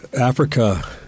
Africa